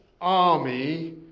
army